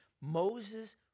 Moses